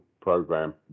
program